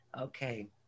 Okay